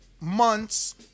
month's